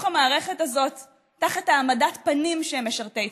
המערכת הזאת תחת העמדת פנים שהם משרתי ציבור,